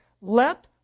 let